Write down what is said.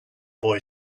boy